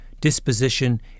disposition